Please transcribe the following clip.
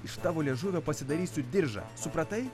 iš tavo liežuvio pasidarysiu diržą supratai